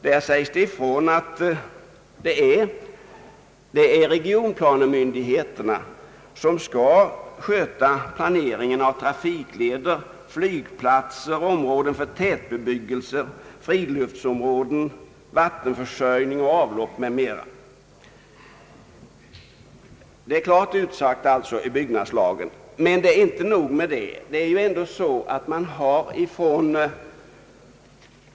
Där sägs det ifrån att det är regionplanemyndigheterna som skall sköta planeringen av trafikleder, flygplatser, områden för tätbebyggelser, friluftsområden, vattenförsörjning och avlopp m.m. Det är alltså klart utsagt i byggnadslagen. Men inte nog med det.